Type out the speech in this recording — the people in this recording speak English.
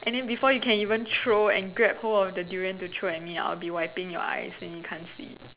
and then before you can even throw and grab hold of the durian to throw at me I'll be wiping your eyes and you can't see